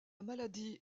maladie